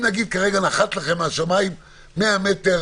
כן, קיבלנו כמה מאות.